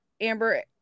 amber